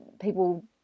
people